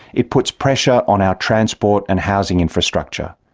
it puts pressure on our transport and housing infrastructure.